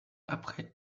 après